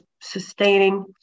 sustaining